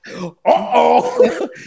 Uh-oh